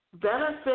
benefit